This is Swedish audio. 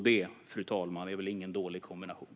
Det, fru talman, är väl ingen dålig kombination.